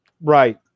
Right